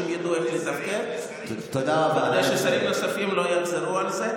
ידעו איך לתפקד כדי ששרים נוספים לא יחזרו על זה.